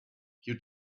you